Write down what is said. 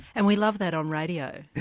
and we love that on radio.